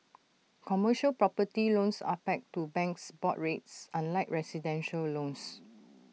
commercial property loans are pegged to banks' board rates unlike residential loans